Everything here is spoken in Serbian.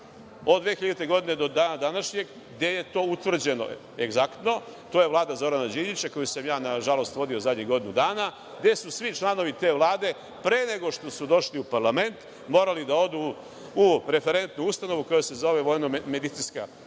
od 2000. godine do dana današnjeg gde je to utvrđeno egzaktno, to je Vlada Zorana Đinđića koju sam ja nažalost vodio zadnjih godinu dana, gde su svi članovi te Vlade pre nego što su došli u parlament morali da odu u referentnu ustanovu koja se zove VMA i da tamo budu